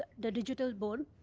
the digital board,